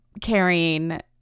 carrying